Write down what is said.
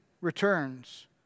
returns